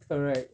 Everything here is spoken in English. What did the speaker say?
correct